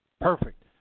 Perfect